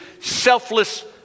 selfless